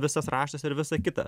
visas raštas ir visa kita